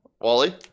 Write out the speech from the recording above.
Wally